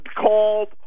called